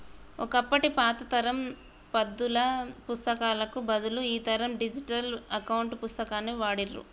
ఒకప్పటి పాత తరం పద్దుల పుస్తకాలకు బదులు ఈ తరం డిజిటల్ అకౌంట్ పుస్తకాన్ని వాడుర్రి